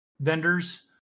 vendors